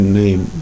name